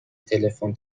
تلفن